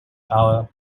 hour